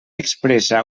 expressa